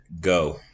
Go